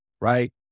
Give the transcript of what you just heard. right